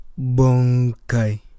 Bonkai